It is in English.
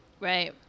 Right